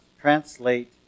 translate